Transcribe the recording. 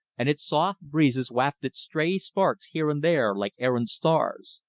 and its soft breezes wafted stray sparks here and there like errant stars.